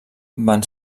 van